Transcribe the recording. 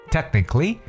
Technically